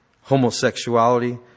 homosexuality